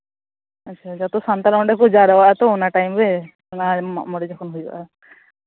ᱟᱪᱪᱷᱟ ᱡᱚᱛᱚ ᱥᱟᱱᱛᱟᱞ ᱚᱸᱰᱮ ᱠᱚ ᱡᱟᱨᱣᱟᱜ ᱟᱛᱚ ᱚᱱᱟ ᱴᱟᱭᱤᱢ ᱨᱮ ᱵᱟᱦᱟ ᱢᱟᱜ ᱢᱚᱬᱮ ᱡᱚᱠᱷᱚᱱ ᱦᱩᱭᱩᱜᱼᱟ